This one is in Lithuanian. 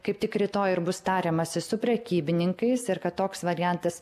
kaip tik rytoj ir bus tariamasi su prekybininkais ir kad toks variantas